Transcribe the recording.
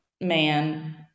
man